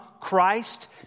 Christ